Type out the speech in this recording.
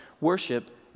worship